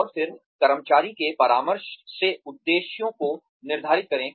और फिर कर्मचारी के परामर्श से उद्देश्यों को निर्धारित करें